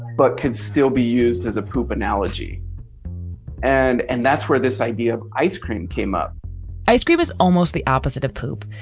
but can still be used as a poop analogy and and that's where this idea of ice cream came up ice cream is almost the opposite of poop.